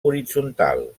horitzontal